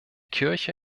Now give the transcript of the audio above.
kirche